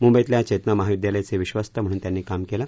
मुंबईतल्या चेतना महाविद्यालयाचे विश्वस्त म्हणून त्यांनी काम केलं